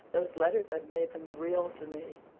those letters have made them real to me.